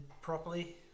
properly